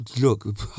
Look